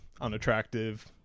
unattractive